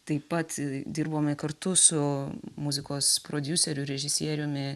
taip pat dirbome kartu su muzikos prodiuseriu režisieriumi